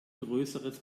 größeres